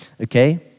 Okay